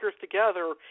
together